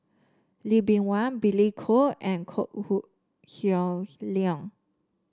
Lee Bee Wah Billy Koh and Kok Heng Leun